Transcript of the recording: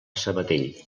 sabadell